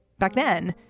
back then,